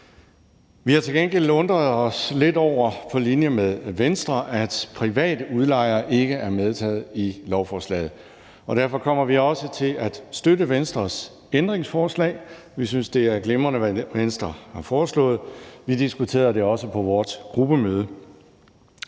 Vi har til gengæld undret os lidt over – på linje med Venstre – at private udlejere ikke er medtaget i lovforslaget; derfor kommer vi også til at støtte Venstres ændringsforslag. Vi synes, det er glimrende, hvad Venstre har foreslået. Vi diskuterede det også på vores gruppemøde.